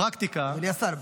הפרקטיקה --- אבל אדוני השר,